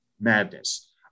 madness